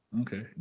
Okay